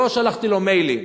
לא שלחתי לו מיילים.